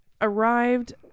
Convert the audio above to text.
arrived